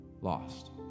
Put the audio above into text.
lost